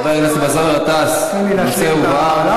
חבר הכנסת באסל גטאס, הנושא הובהר.